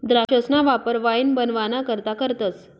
द्राक्षसना वापर वाईन बनवाना करता करतस